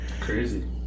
Crazy